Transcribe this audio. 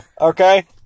Okay